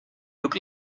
look